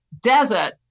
desert